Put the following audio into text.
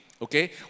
Okay